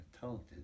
talented